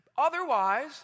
Otherwise